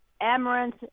amaranth